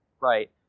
Right